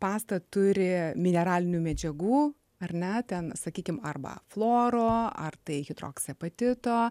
pasta turi mineralinių medžiagų ar ne ten sakykim arba fluoro ar tai hidroksepatito